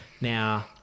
now